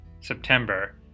September